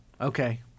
Okay